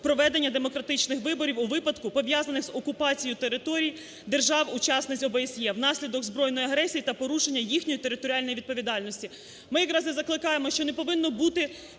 проведення демократичних виборів у випадках, пов'язаних з окупацією території держав-учасниць ОБСЄ внаслідок збройної агресії та порушення їхньої територіальної відповідальності. Ми якраз і закликаємо, що не повинно бути